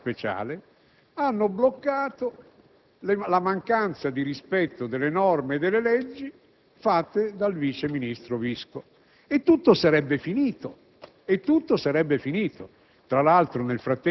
e l'atteggiamento fermo del generale Speciale hanno bloccato la mancanza di rispetto delle norme e delle leggi fatta dal vice ministro Visco, e tutto sarebbe finito.